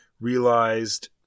realized